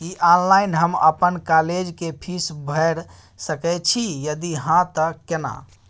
की online हम अपन college के फीस भैर सके छि यदि हाँ त केना?